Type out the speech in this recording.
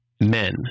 men